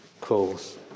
calls